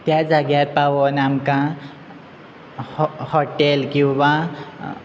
त्या जाग्यार पावून आमकां हॉ हॉटेल किंवा